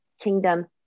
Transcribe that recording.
kingdom